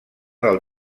del